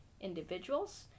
individuals